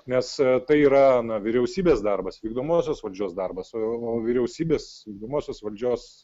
nes tai yra na vyriausybės darbas vykdomosios valdžios darbas o vyriausybės vykdomosios valdžios